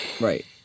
Right